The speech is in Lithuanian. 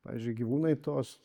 pavyzdžiui gyvūnai tos